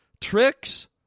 tricks